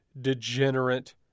degenerate